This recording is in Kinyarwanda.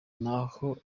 naho